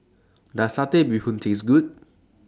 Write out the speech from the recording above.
Does Satay Bee Hoon Taste Good